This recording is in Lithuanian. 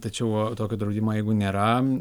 tačiau tokį draudimą jeigu nėra